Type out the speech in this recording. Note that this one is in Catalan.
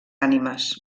ànimes